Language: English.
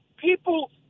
people